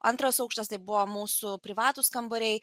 antras aukštas tai buvo mūsų privatūs kambariai